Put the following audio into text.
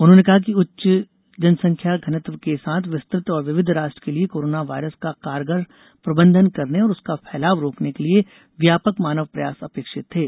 उन्होंने कहा कि उच्च जनसंख्या घनत्व के साथ विस्तृत और विविध राष्ट्र के लिए कोरोना वायरस का कारगर प्रबंधन करने और उसका फैलाव रोकने के लिए व्यापक मानव प्रयास अपेक्षित थे